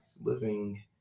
Living